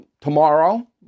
tomorrow